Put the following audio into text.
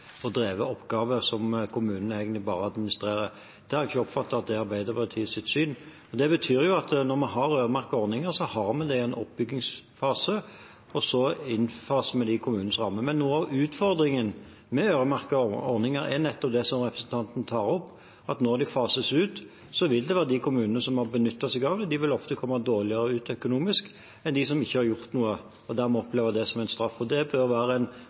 og drevet oppgave som kommunene egentlig bare administrerer. Det har jeg ikke oppfattet at er Arbeiderpartiets syn. Det betyr at når vi har øremerkede ordninger, har vi det i en oppbyggingsfase, og så faser vi det inn i kommunenes rammer. Noe av utfordringen med øremerkede ordninger er nettopp det som representanten tar opp, at når de fases ut, vil de kommunene som har benyttet seg av dem, ofte komme dårligere ut økonomisk enn dem som ikke har gjort noe, og dermed opplever en det som en straff. Det bør være en